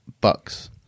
Bucks